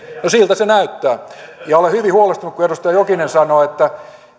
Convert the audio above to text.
siltä se näyttää ja olen hyvin huolestunut kun edustaja jokinen sanoo että